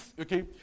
okay